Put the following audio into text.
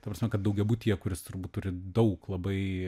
ta prasme kad daugiabutyje kuris turbūt turi daug labai